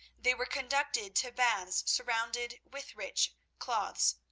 they were conducted to baths surrounded with rich cloths.